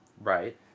Right